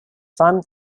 fun